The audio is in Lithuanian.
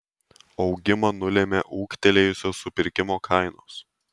augimą nulėmė ūgtelėjusios supirkimo kainos